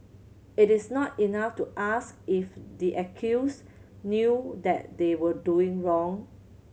it is not enough to ask if the accused knew that they were doing wrong